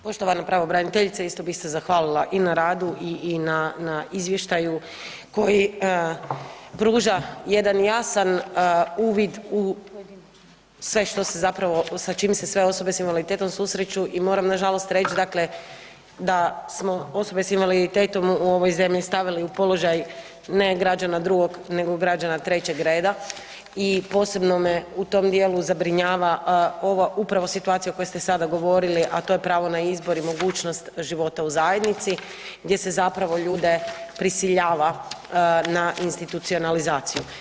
Poštovana pravobraniteljice, isto bi se zahvalila i na radu i na izvještaju koji pruža jedan jasan uvid u sve što se zapravo s čim se sve osobe sa invaliditetom susreću i moram nažalost reći dakle da smo osobe sa invaliditetom u ovoj zemlji stavili u položaj ne građana drugog nego građana trećeg reda i posebno me u tom djelu zabrinjava ova upravo situacija o kojoj ste sada govorili a to je pravo na izbor i mogućnost života u zajednici gdje se zapravo ljude prisiljava na institucionalizaciju.